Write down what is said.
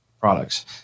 products